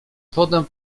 wodę